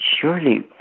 Surely